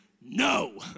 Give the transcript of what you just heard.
no